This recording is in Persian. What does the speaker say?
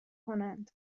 کنند